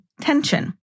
tension